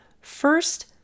First